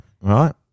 right